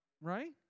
Right